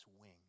wing